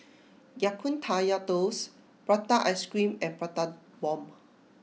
Ya Kun Kaya Toast Prata Ice Cream and Prata Bomb